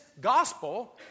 gospel